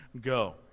go